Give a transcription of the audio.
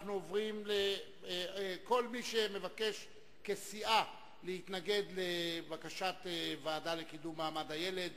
כל מי שמבקש כסיעה להתנגד לבקשת הוועדה לזכויות הילד,